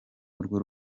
urwo